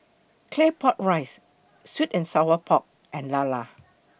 Claypot Rice Sweet and Sour Pork and Lala